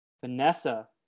Vanessa